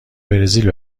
برزیل